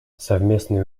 совместные